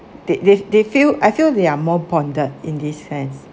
they they they feel I feel they are more bonded in this sense